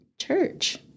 church